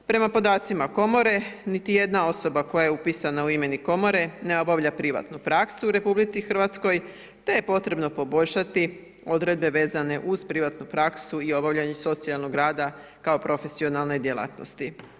Prema podacima Komore, niti jedna osoba koja je upisana u imenik Komore ne obavlja privatnu praksu u RH te je potrebno poboljšati odredbe vezane uz privatnu praksu i obavljanje socijalnog rada kao profesionalne djelatnosti.